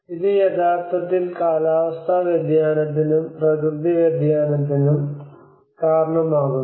ഇത് യഥാർത്ഥത്തിൽ കാലാവസ്ഥാ വ്യതിയാനത്തിനും പ്രകൃതി വ്യതിയാനത്തിനും കാരണമാകുന്നു